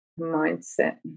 mindset